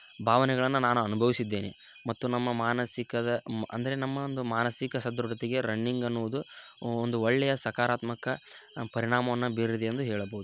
ಭಾವನೆಗಳನ್ನ ನಾನು ಅನುಭವಿಸಿದ್ದೇನೆ ಮತ್ತು ನಮ್ಮ ಮಾನಸಿಕದ ಮ್ ಅಂದರೆ ನಮ್ಮ ಒಂದು ಮಾನಸಿಕ ಸದೃಢತೆಗೆ ರನ್ನಿಂಗ್ ಅನ್ನುವುದು ಒಂದು ಒಳ್ಳೆಯ ಸಕಾರಾತ್ಮಕ ಪರಿಣಾಮವನ್ನು ಬೀರಿದೆ ಎಂದು ಹೇಳಬೋದು